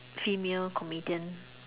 female comedian